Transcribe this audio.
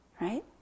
right